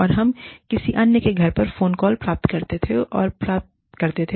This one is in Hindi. और हम किसी अन्य के घर पर फोन कॉल प्राप्त करते हैं और प्राप्त करते थे